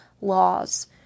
laws